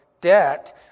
debt